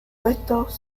puestos